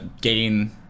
gain